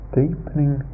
deepening